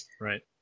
Right